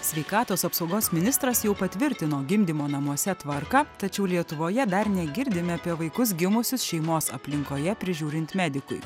sveikatos apsaugos ministras jau patvirtino gimdymo namuose tvarką tačiau lietuvoje dar negirdime apie vaikus gimusius šeimos aplinkoje prižiūrint medikui